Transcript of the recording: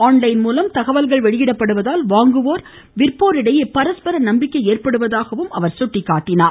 online மூலம் தகவல்கள் வெளியிடப்படுவதால் வாங்குவோர் விற்போர் இடையே பரஸ்பர நம்பிக்கை ஏற்படுவதாக அவர் எடுத்துரைத்தார்